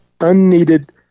unneeded